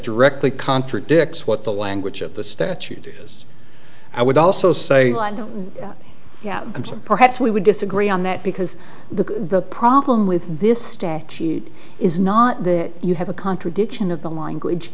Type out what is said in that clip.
directly contradicts what the language of the statute is i would also say that yeah i'm surprised we would disagree on that because the problem with this statute is not that you have a contradiction of the language